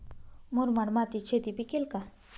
मुरमाड मातीत शेती पिकेल का?